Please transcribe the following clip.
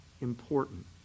important